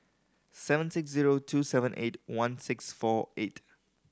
seven six zero two seven eight one six four eight